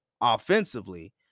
offensively